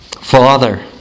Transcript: Father